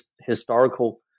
historical